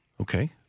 Okay